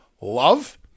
Love